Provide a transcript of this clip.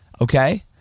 Okay